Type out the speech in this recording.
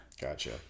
Gotcha